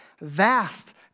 vast